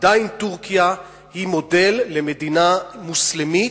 עדיין טורקיה היא מודל למדינה מוסלמית,